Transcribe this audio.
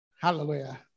Hallelujah